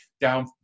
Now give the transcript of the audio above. down